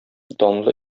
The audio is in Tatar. данлы